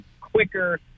quicker